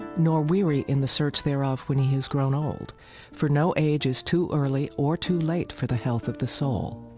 nor weary in the search thereof when he has grown old, for no age is too early or too late for the health of the soul.